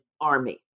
army